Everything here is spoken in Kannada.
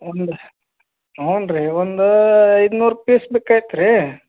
ಒಂದು ಹ್ಞೂ ರೀ ಒಂದು ಐದುನೂರು ಪೀಸ್ ಬೇಕಾಗಿತ್ತು ರೀ